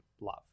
love